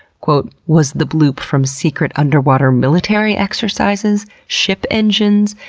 was the bloop from secret underwater military exercises? ship engines?